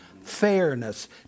Fairness